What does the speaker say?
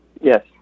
Yes